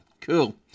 Cool